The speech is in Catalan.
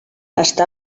està